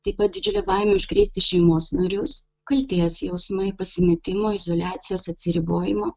taip pat didžiulė baimė užkrėsti šeimos narius kaltės jausmai pasimetimo izoliacijos atsiribojimo